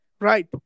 Right